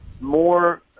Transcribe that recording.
more